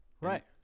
right